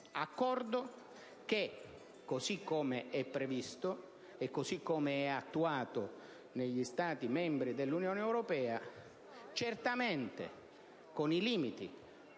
accordo, così come previsto e attuato negli Stati membri dell'Unione europea, certamente con i limiti